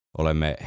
olemme